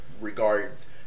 regards